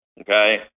okay